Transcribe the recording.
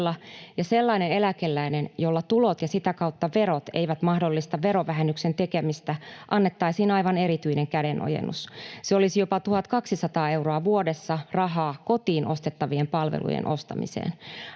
ja sellaiselle eläkeläiselle, jolla tulot ja sitä kautta verot eivät mahdollista verovähennyksen tekemistä, annettaisiin aivan erityinen kädenojennus. Se olisi jopa 1 200 euroa vuodessa rahaa kotiin ostettavien palvelujen ostamiseen.